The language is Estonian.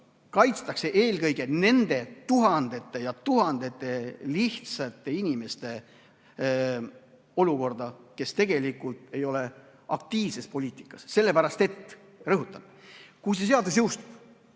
kaitstakse eelkõige nende tuhandete ja tuhandete lihtsate inimeste olukorda, kes tegelikult ei ole aktiivses poliitikas. Aga ma rõhutan, et kui see seadus jõustub